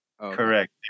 Correct